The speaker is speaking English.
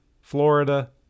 Florida